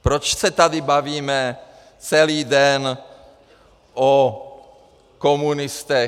Proč se tady bavíme celý den o komunistech?